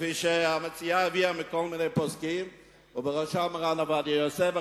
כפי שהמציעה הביאה מכל מיני פוסקים ובראשם מרן עובדיה יוסף,